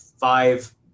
five